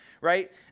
right